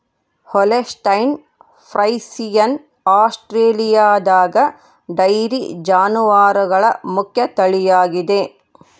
Holstein Friesian ಆಸ್ಟ್ರೇಲಿಯಾದಗ dairy ಜಾನುವಾರುಗಳ ಮುಖ್ಯ ತಳಿಯಾಗಿದೆ